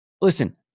listen